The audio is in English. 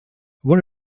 what